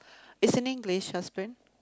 is in English husband